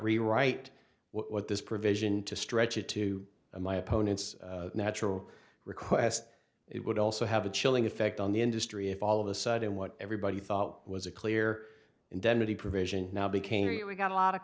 rewrite what this provision to stretch it to my opponent's natural request it would also have a chilling effect on the industry if all of a sudden what everybody thought was a clear indemnity provision now became we got a lot of